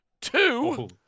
two